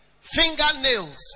fingernails